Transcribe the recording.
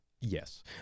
Yes